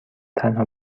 تنها